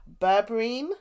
berberine